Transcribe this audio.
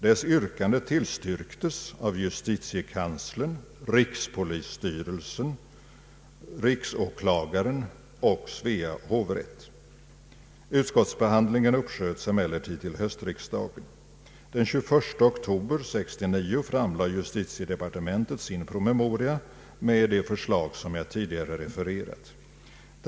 Dess yrkande tillstyrktes av justitiekanslern, rikspolisstyrelsen, riksåklagaren och Svea hovrätt. Utskottsbehandlingen uppsköts emellertid till höstriksdagen. Den 21 oktober 1969 framlade justitiedepartementet sin promemoria med det förslag som jag tidigare nämnt.